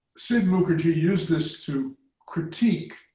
sid mukherjee used this to critique